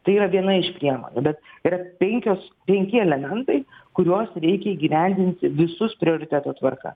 tai yra viena iš priemonių bet yra penkios penki elementai kuriuos reikia įgyvendinti visus prioriteto tvarka